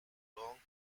long